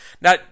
Now